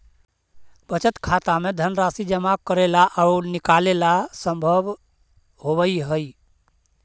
बचत खाता में धनराशि जमा करेला आउ निकालेला संभव होवऽ हइ